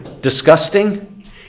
disgusting